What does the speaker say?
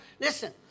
Listen